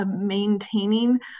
maintaining